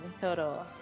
total